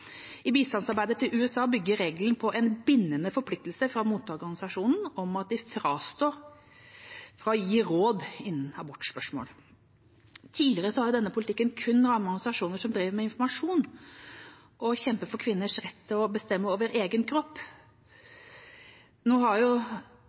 I bistandsarbeidet til USA bygger regelen på en bindende forpliktelse fra mottakerorganisasjoner om at de avstår fra å gi råd innen abortspørsmål. Tidligere har denne politikken kun rammet organisasjoner som driver med informasjon og kjemper for kvinners rett til å bestemme over egen kropp.